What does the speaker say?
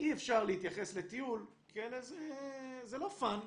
-- אי אפשר להתייחס לטיול זה לא fun,